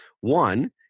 one